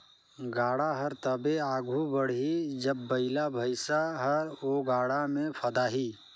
गाड़ा हर तबे आघु बढ़ही जब बइला भइसा हर ओ गाड़ा मे फदाही